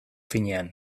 finean